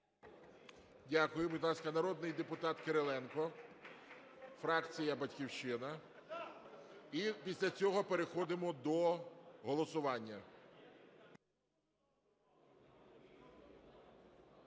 Дякую. Будь ласка, народний депутат Кириленко, фракція "Батьківщина". І після цього переходимо до голосування.